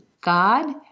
God